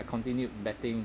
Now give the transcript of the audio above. I continued betting